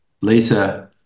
Lisa